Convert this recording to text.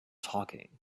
talking